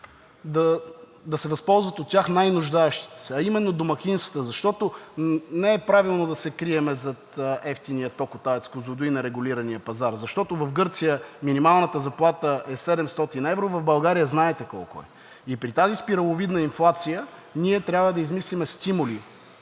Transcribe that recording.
да се възползват най-нуждаещите се, а именно домакинствата. Не е правилно да се крием зад евтиния ток от АЕЦ „Козлодуй“ на регулирания пазар, защото в Гърция минималната заплата е 700 евро, в България знаете колко е. И при тази спираловидна инфлация ние трябва да измислим стимули,